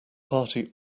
party